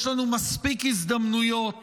יש לנו מספיק הזדמנויות